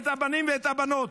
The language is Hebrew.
את הבנים ואת הבנות,